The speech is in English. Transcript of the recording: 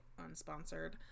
unsponsored